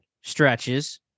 stretches